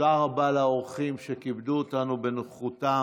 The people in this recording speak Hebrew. תודה רבה לאורחים שכיבדו אותנו בנוכחותם.